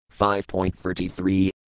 5.33